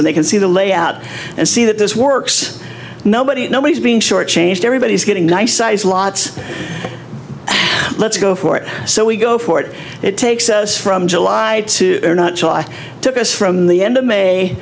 and they can see the layout and see that this works nobody nobody is being shortchanged everybody is getting nice sized lots let's go for it so we go for it it takes us from july to not so i took us from the end of may